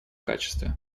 качестве